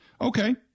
Okay